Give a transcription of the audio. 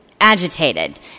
agitated